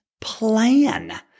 plan